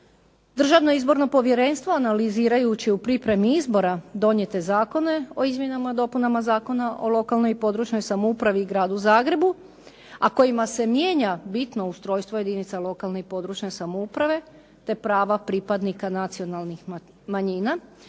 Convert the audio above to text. Državno izborno povjerenstvo analizirajući u pripremi izbora donijete Zakone o izmjenama i dopunama Zakona o lokalnoj i područnoj samoupravi i Gradu Zagreba, a kojima se mijenja bitno ustrojstvo jedinica lokalne i područne samouprave te prava pripadnika nacionalnih manjina,